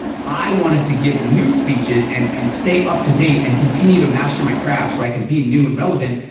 i wanted to give new speeches, and and stay up to date, and continue to master my craft, so i can be new and relevant,